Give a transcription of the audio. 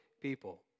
people